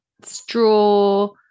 straw